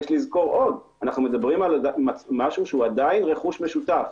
יש לזכור עוד אנחנו מדברים על משהו שהוא עדיין רכוש משותף,